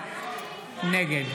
נגד